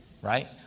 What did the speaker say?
Right